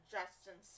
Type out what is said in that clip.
Justin